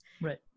Right